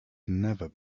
never